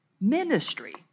Ministry